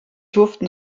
durften